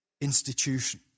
Institution